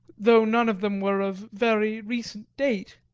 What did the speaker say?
though none of them were of very recent date.